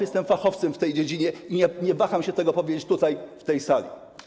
Jestem fachowcem w tej dziedzinie i nie waham się tego powiedzieć w tej sali.